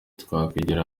twakwigira